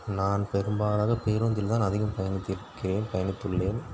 நான் பெரும்பாலாக பேருந்தில் தான் அதிகம் பயணித்திருக்கேன் பயணித்துள்ளேன்